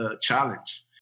challenge